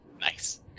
Nice